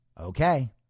Okay